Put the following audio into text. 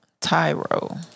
Tyro